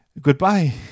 Goodbye